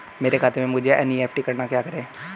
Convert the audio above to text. मेरे खाते से मुझे एन.ई.एफ.टी करना है क्या करें?